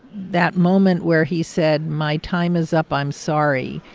that moment where he said, my time is up i'm sorry,